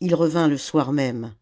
ii revint le soir même